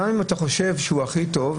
גם אם אתה חושב שהוא הכי טוב,